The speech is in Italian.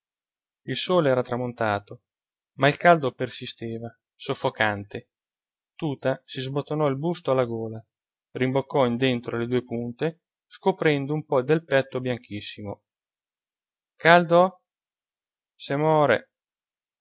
il sole era tramontato ma il caldo persisteva soffocante tuta si sbottonò il busto alla gola rimboccò in dentro le due punte scoprendo un po del petto bianchissimo caldo se more